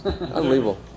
Unbelievable